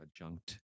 adjunct